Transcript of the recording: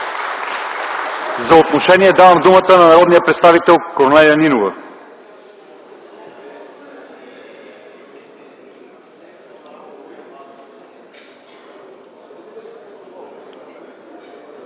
За отношение давам думата на народния представител Корнелия Нинова.